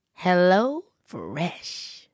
HelloFresh